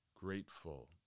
grateful